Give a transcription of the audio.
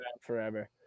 forever